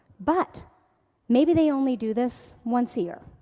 but maybe they only do this once a year,